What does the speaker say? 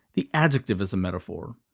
the adjective is a metaphor.